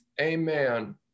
Amen